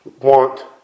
want